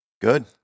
Good